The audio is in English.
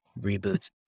reboots